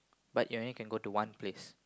but you only can go to one place